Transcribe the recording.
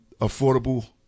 affordable